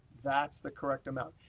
that's the correct amount.